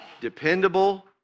dependable